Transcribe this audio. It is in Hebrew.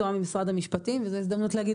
תואם עם משרד המשפטים וזאת ההזדמנות להגיד